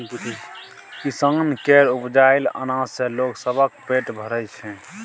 किसान केर उपजाएल अनाज सँ लोग सबक पेट भरइ छै